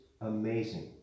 amazing